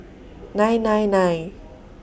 nine nine nine